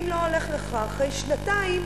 אם לא הולך לך אחרי שנתיים,